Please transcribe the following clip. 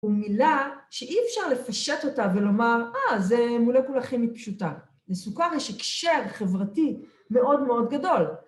‫הוא מילה שאי אפשר לפשט אותה ‫ולומר, אה, זה מולקולה כימית פשוטה. ‫לסוכר, יש הקשר חברתי ‫מאוד מאוד גדול.